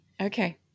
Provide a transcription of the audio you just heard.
Okay